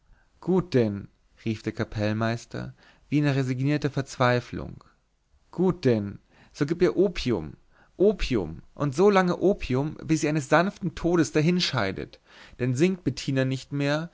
gut denn rief der kapellmeister wie in resignierter verzweiflung gut denn so gib ihr opium opium und so lange opium bis sie eines sanften todes dahinscheidet denn singt bettina nicht mehr